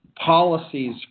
policies